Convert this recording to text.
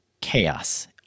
chaos